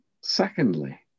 secondly